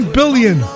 billion